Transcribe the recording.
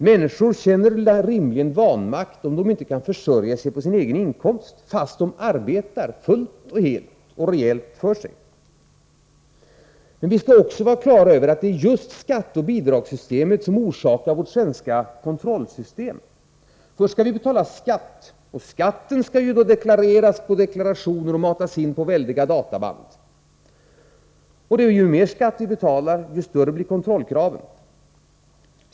Människor känner rimligen vanmakt om de inte kan försörja sig på sin egen inkomst fast de arbetar fullt och helt och rejält. Men vi skall också vara klara över att det är just skatteoch bidragssystemet som orsakar vårt svenska kontrollsystem. Först skall vi betala skatt. Vi skall avge deklarationer som skall matas in på väldiga databand. Ju mer skatt vi betalar, desto större blir kontrollkraven.